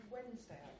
Wednesday